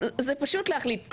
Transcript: זה פשוט להחליט.